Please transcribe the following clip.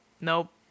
nope